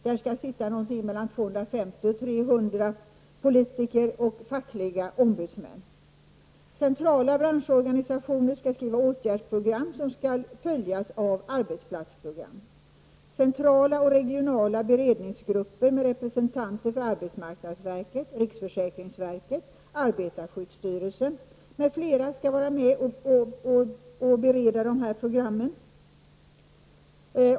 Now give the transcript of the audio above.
Där skall sitta mellan 250 och 300 politiker och fackliga ombudsmän. Centrala branschorganisationer skall skriva åtgärdsprogram som skall följas av arbetsplatsprogram. Centrala och regionala beredningsgrupper med representanter för arbetsmarknadsverket, riksförsäkringsverket, arbetarskyddsstyrelsen m.fl. skall vara med och bereda dessa program.